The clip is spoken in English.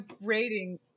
rating